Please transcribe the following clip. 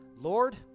Lord